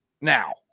now